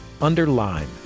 Underline